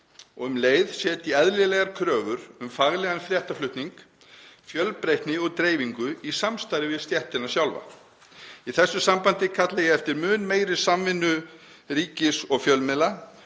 um leið eðlilegar kröfur um faglegan fréttaflutning, fjölbreytni og dreifingu í samstarfi við stéttina sjálfa. Í þessu sambandi kalla ég eftir mun meiri samvinnu ríkis og fjölmiðla